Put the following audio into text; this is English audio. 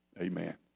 amen